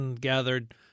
gathered